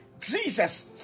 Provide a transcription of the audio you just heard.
Jesus